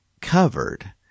covered